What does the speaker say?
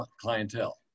clientele